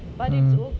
mm